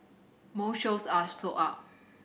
most shows are sold out